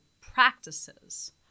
practices